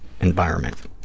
environment